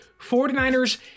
49ers